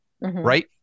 Right